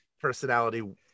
personality